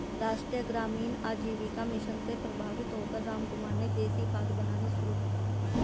राष्ट्रीय ग्रामीण आजीविका मिशन से प्रभावित होकर रामकुमार ने देसी खाद बनानी शुरू की